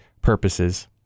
purposes